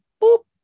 boop